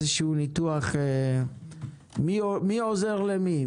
ניתוח, מי עוזר למי?